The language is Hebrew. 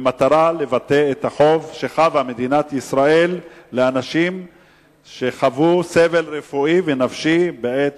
במטרה לבטא את החוב שמדינת ישראל חבה לאנשים שחוו סבל רפואי ונפשי בעת